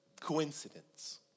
coincidence